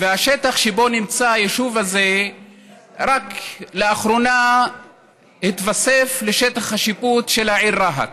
והשטח שבו נמצא היישוב הזה התווסף רק לאחרונה לשטח השיפוט של העיר רהט.